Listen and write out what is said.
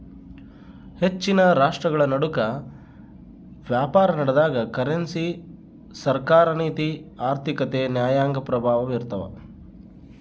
ಹೆಚ್ಚಿನ ರಾಷ್ಟ್ರಗಳನಡುಕ ವ್ಯಾಪಾರನಡೆದಾಗ ಕರೆನ್ಸಿ ಸರ್ಕಾರ ನೀತಿ ಆರ್ಥಿಕತೆ ನ್ಯಾಯಾಂಗ ಪ್ರಭಾವ ಬೀರ್ತವ